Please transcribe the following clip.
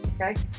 okay